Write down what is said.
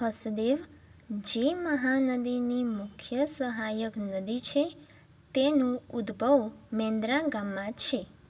હસદેવ જે મહાનદીની મુખ્ય સહાયક નદી છે તેનું ઉદ્દભવ મેન્દ્રા ગામમાં છે